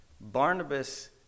Barnabas